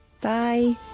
Bye